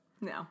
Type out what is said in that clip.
No